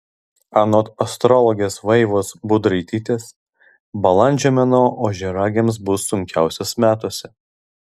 anot astrologės vaivos budraitytės balandžio mėnuo ožiaragiams bus sunkiausias metuose